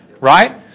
right